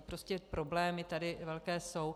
Prostě problémy tady velké jsou.